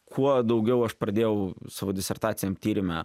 kuo daugiau aš pradėjau savo disertaciam tyrime